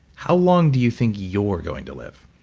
how long do you think you're going to live?